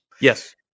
Yes